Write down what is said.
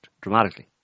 dramatically